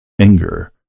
Anger